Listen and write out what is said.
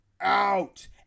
out